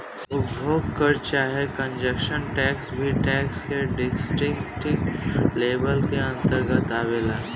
उपभोग कर चाहे कंजप्शन टैक्स भी टैक्स के डिस्क्रिप्टिव लेबल के अंतरगत आवेला